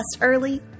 early